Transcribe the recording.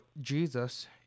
Jesus